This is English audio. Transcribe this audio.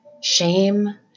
shame